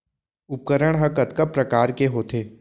उपकरण हा कतका प्रकार के होथे?